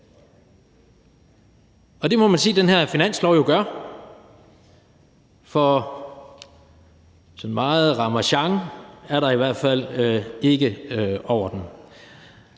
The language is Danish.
an. Det må man sige den her finanslov jo gør, for meget ramasjang er der i hvert fald ikke over den.